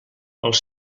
els